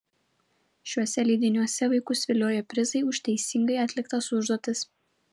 šiuose leidiniuose vaikus vilioja prizai už teisingai atliktas užduotis